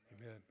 Amen